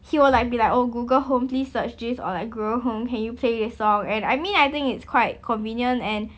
he will like be like oh Google home please search this or like Google home can you play this song and I mean I think it's quite convenient and